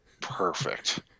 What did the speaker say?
Perfect